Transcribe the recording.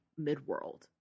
midworld